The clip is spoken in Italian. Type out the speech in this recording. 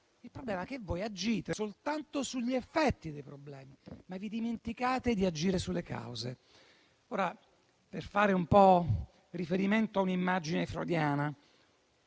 colleghi, è che voi agite soltanto sugli effetti dei problemi, ma vi dimenticate di agire sulle cause. Ora, per fare riferimento a un'immagine freudiana,